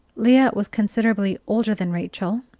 leah was considerably older than rachel,